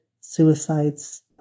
suicides